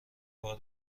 بار